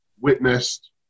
witnessed